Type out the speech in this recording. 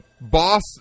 boss